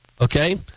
Okay